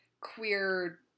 queer